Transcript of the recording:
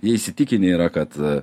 jie įsitikinę yra kad